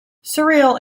surreal